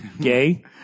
Gay